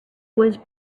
was